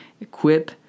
Equip